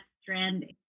stranding